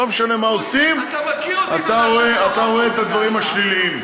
לא משנה מה עושים, אתה רואה את הדברים השליליים.